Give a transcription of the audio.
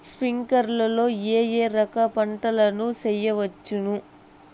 స్ప్రింక్లర్లు లో ఏ ఏ రకాల పంటల ను చేయవచ్చును?